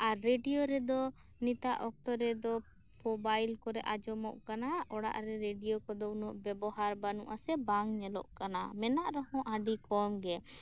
ᱟᱨ radio ᱨᱮᱫᱚ ᱱᱤᱛᱟᱜ ᱚᱠᱛᱚ ᱨᱮᱫᱚ ᱢᱳᱵᱟᱭᱤᱞ ᱠᱚᱨᱮ ᱟᱸᱡᱚᱢᱚᱜ ᱠᱟᱱᱟ ᱚᱲᱟᱜ ᱨᱮ ᱩᱱᱟᱹᱜ ᱨᱮᱰᱤᱭᱳ ᱠᱚᱫᱚ ᱵᱮᱵᱚᱦᱟᱨ ᱵᱟᱹᱱᱩᱜᱼᱟ ᱥᱮ ᱵᱟᱝ ᱧᱮᱞᱚᱜ ᱠᱟᱱᱟ ᱢᱮᱱᱟᱜ ᱨᱮᱦᱚᱸ ᱟᱹᱰᱤ ᱠᱚᱢ ᱜᱮ